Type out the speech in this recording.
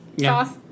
sauce